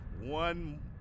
one